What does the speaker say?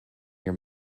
your